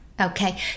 Okay